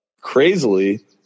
crazily